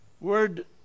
word